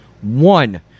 One